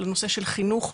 לנושא של חינוך,